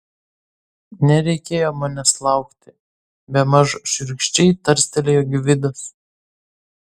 nereikėjo manęs laukti bemaž šiurkščiai tarstelėjo gvidas